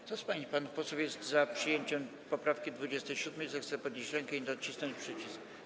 Kto z pań i panów posłów jest za przyjęciem poprawki 27., zechce podnieść rękę i nacisnąć przycisk.